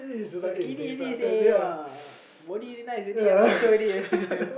uh skinny already seh body already nice already macho already